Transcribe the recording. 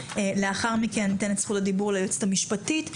לאחר מכן ניתן את זכות הדיבור ליועצת המשפטית.